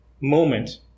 moment